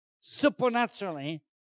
supernaturally